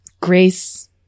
Grace